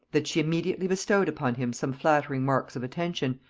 that she immediately bestowed upon him some flattering marks of attention,